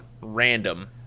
random